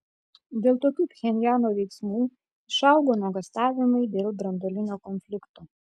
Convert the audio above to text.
dėl tokių pchenjano veiksmų išaugo nuogąstavimai dėl branduolinio konflikto